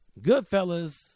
Goodfellas